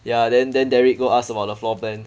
ya then then derek go ask about the floor plan